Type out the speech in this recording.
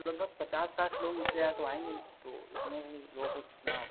लगभग पचास साठ लोग इससे ज़्यादा तो आयेंगे नहीं तो इतने ही लोग हो जितना